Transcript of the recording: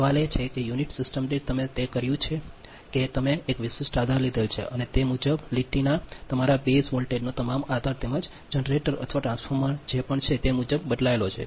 સવાલ એ છે કે યુનિટ સિસ્ટમ દીઠ તમે તે કર્યું છે કે અમે એક વિશિષ્ટ આધાર લીધેલ છે અને તે મુજબ લીટીના તમારા બેઝ વોલ્ટેજનો તમામ આધાર તેમજ જનરેટર અથવા ટ્રાન્સફોર્મર જે પણ છે તે મુજબ તે બદલાયો છે